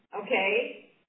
Okay